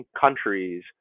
countries